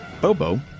Bobo